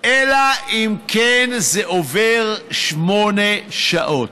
אלא אם כן עוברות שמונה שעות.